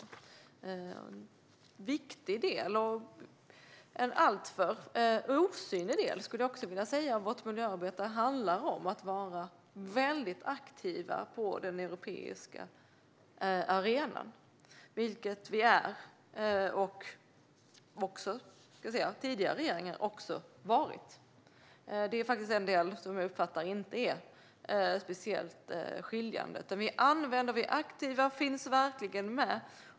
En viktig del - men alltför osynlig, skulle jag vilja säga - av vårt miljöarbete handlar om att vara väldigt aktiva på den europeiska arenan, vilket vi är och vilket också tidigare regering var. Där uppfattar jag inga speciella skillnader. Vi är aktiva och finns verkligen med.